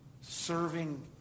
serving